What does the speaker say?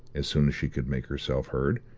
as soon as she could make herself heard.